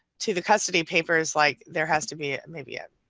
to the custody papers like there has to be maybe a.